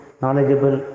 knowledgeable